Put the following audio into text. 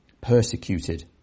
persecuted